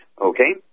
okay